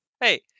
hey